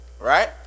right